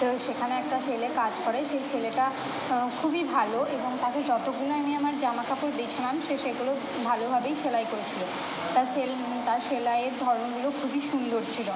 তো সেখানে একটা ছেলে কাজ করে সেই ছেলেটা খুবই ভালো এবং তাকে যতগুলোই আমি আমার জামাকাপড় দিয়েছিলাম সে সেগুলো ভালোভাবেই সেলাই করেছিলো তা সেল তা সেলাইয়ের ধরনগুলো খুবই সুন্দর ছিল